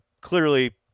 clearly